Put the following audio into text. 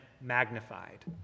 magnified